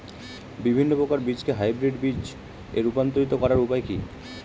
বিভিন্ন প্রকার বীজকে হাইব্রিড বীজ এ রূপান্তরিত করার উপায় কি?